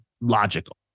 logical